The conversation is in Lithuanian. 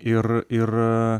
ir ir